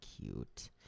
cute